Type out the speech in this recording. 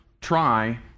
try